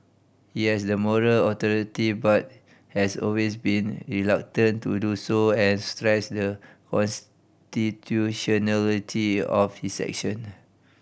he has the moral authority but has always been reluctant to do so and stressed the constitutionality of his action